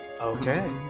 Okay